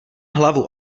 hlavu